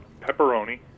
pepperoni